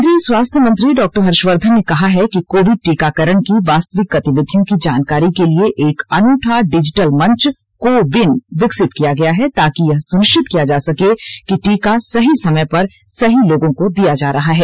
केन्द्रीय स्वास्थ्य मंत्री डॉक्टर हर्षवर्धन ने कहा है कि कोविड टीकाकरण की वास्तविक गतिविधियों की जानकारी के लिए एक अनूठा डिजिटल मंच को विन विकसित किया गया है ताकि यह सुनिश्चित किया जा सके कि टीका सही समय पर सही लोगों को दिया जा रहा है